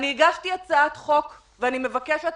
אני הגשתי הצעת חוק, ואני מבקשת